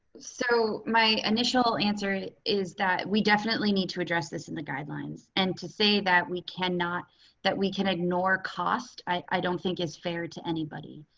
so my initial answer is that we definitely need to address this in the guidelines. and to say that we cannot that we can ignore cost i don't think is fair to anybody.